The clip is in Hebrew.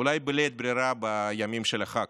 אולי בלית ברירה, בימים של החג,